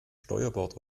steuerbord